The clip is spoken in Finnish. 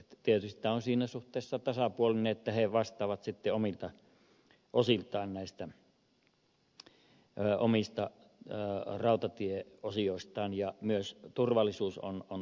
tietysti tämä on siinä suhteessa tasapuolinen että he vastaavat sitten omilta osiltaan näistä omista rautatieosioistaan ja myös turvallisuus on ajan tasalla